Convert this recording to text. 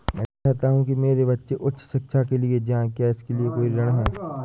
मैं चाहता हूँ कि मेरे बच्चे उच्च शिक्षा के लिए जाएं क्या इसके लिए कोई ऋण है?